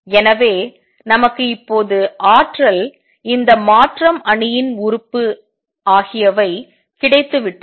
எனவே நமக்கு இப்போது ஆற்றல் இந்த மாற்றம் அணியின் உறுப்பு ஆகியவை கிடைத்துவிட்டன